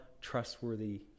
trustworthy